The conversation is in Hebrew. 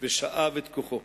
ושאב את כוחו.